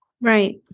Right